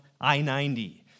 I-90